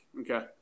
Okay